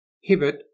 Hibbert